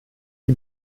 die